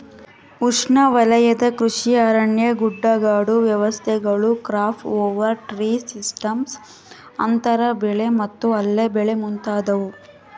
ಉಷ್ಣವಲಯದ ಕೃಷಿ ಅರಣ್ಯ ಗುಡ್ಡಗಾಡು ವ್ಯವಸ್ಥೆಗಳು ಕ್ರಾಪ್ ಓವರ್ ಟ್ರೀ ಸಿಸ್ಟಮ್ಸ್ ಅಂತರ ಬೆಳೆ ಮತ್ತು ಅಲ್ಲೆ ಬೆಳೆ ಮುಂತಾದವು